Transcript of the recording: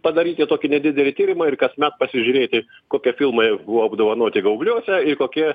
padaryti tokį nedidelį tyrimą ir kasmet pasižiūrėti kokie filmai buvo apdovanoti gaubliuose ir kokie